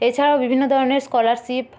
এই ছাড়াও বিভিন্ন ধরণের স্কলারশিপ